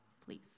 Please